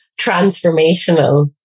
transformational